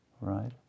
right